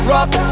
Rock